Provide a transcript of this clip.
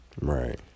right